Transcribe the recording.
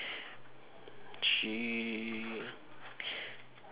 she